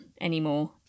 anymore